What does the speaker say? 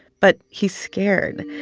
but he's scared.